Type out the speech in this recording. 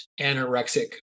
anorexic